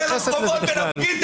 אנחנו נצא לרחובות ונפגין,